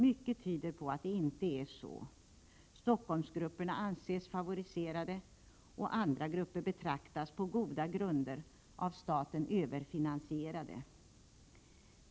Mycket tyder på att det inte är så. Stockholmsgrupperna anses favoriserade, och andra grupper betraktas på goda grunder som överfinansierade av staten.